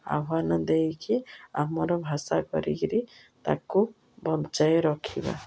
ଆହ୍ୱାନ ଦେଇକି ଆମର ଭାଷା କରିକିରି ତାକୁ ବଞ୍ଚାଇ ରଖିବା